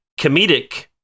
comedic